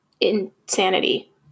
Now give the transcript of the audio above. insanity